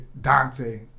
Dante